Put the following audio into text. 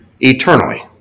eternally